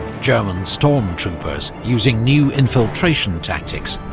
german stormtroopers, using new infiltration tactics,